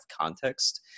context